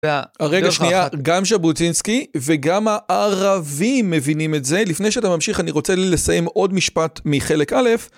הרגע שנייה, גם ז'בוטינסקי וגם הערבים מבינים את זה. לפני שאתה ממשיך, אני רוצה לסיים עוד משפט מחלק א',